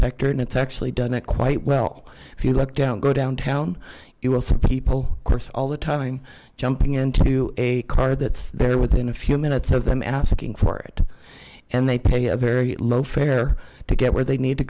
sector and it's actually done it quite well if you look down go downtown you will some people of course all the time jumping into a car that's there within a few minutes of them asking for it and they pay a very low fare to get where they need to